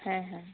ᱦᱮᱸ ᱦᱮᱸ